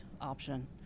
option